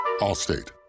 allstate